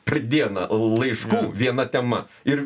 per dieną laiškų viena tema ir